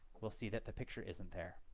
we'lll see that the picture isn't there.